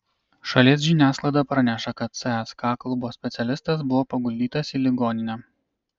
šalies žiniasklaida praneša jog cska klubo specialistas buvo paguldytas į ligoninę